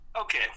Okay